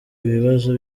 ibibazo